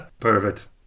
Perfect